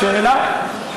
שאלה.